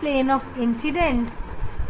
के परपेंडिकुलर है